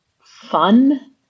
fun